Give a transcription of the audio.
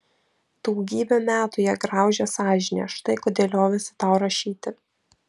daugybę metų ją graužė sąžinė štai kodėl liovėsi tau rašyti